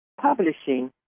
publishing